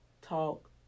talk